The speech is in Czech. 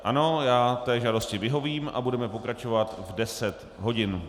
Ano, já té žádosti vyhovím a budeme pokračovat v 10 hodin.